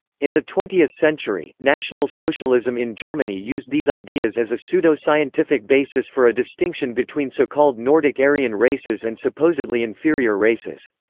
in the twentieth century, national socialism in germany used these ideas as a pseudo-scientific basis for a distinction between so called nordic-aryan races and supposedly inferior races.